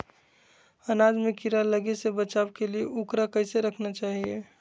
अनाज में कीड़ा लगे से बचावे के लिए, उकरा कैसे रखना चाही?